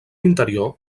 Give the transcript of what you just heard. interior